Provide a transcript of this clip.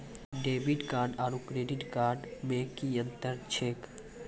Debit card आरू credit card मे कि अन्तर छैक?